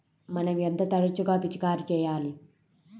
మనం ఎంత తరచుగా పిచికారీ చేయాలి?